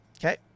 Okay